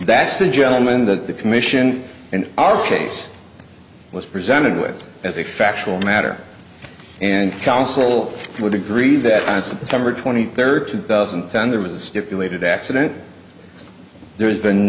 that's the gentleman that the commission in our case was presented with as a factual matter and council would agree that it's number twenty third two thousand and ten there was a stipulated accident there's been